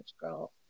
girl